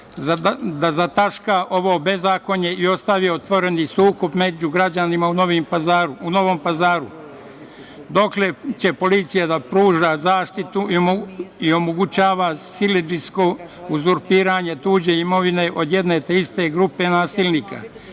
da zataška ovo bezakonje i ostavi otvoreni sukob među građanima u Novom Pazaru. Dokle će policija da pruža zaštitu i omogućava siledžijsko uzurpiranje tuđe imovine od jedne te iste grupe nasilnika?